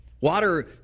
Water